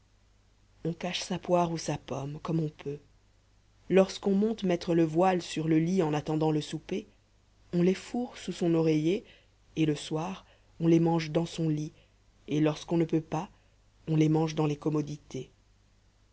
on cache sa poire ou sa pomme comme on peut lorsqu'on monte mettre le voile sur le lit en attendant le souper on les fourre sous son oreiller et le soir on les mange dans son lit et lorsqu'on ne peut pas on les mange dans les commodités